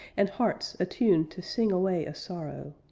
and hearts attuned to sing away a sorrow.